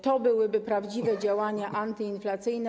To byłyby prawdziwe działania antyinflacyjne.